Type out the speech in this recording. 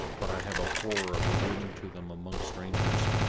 but i have a horror of alluding to them among strangers.